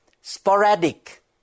sporadic